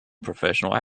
professional